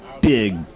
big